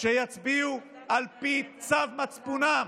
שיצביעו על פי צו מצפונם.